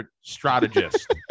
strategist